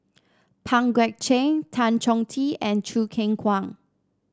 Pang Guek Cheng Tan Chong Tee and Choo Keng Kwang